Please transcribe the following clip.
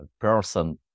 person